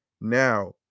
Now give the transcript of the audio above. Now